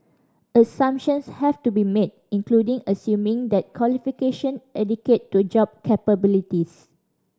assumptions have to be made including assuming that qualification equate to job capabilities